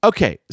Okay